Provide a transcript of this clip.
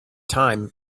time